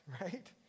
right